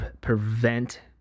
prevent